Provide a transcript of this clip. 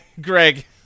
Greg